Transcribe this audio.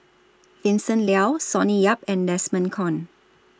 Vincent Leow Sonny Yap and Desmond Kon